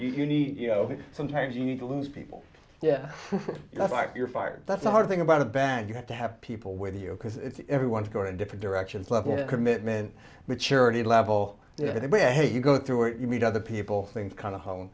yeah you need you know sometimes you need to lose people yeah you're fired that's a hard thing about a band you have to have people with you because it's everyone's going different directions level commitment maturity level yeah they behave you go through it you meet other people things kind of home